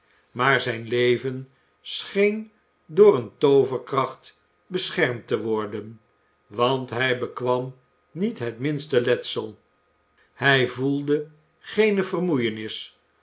maar zijn leven scheen door eene tooverkracht beschermd te worden want hij bekwam niet het minste letsel hij voelde geene vermoeienis